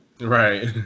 Right